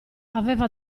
aveva